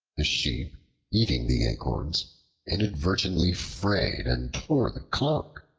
the sheep eating the acorns inadvertently frayed and tore the cloak.